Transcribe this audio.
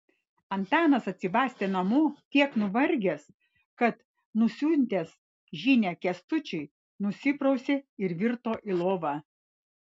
antanas atsibastė namo tiek nuvargęs kad nusiuntęs žinią kęstučiui nusiprausė ir virto į lovą